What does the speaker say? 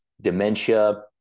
dementia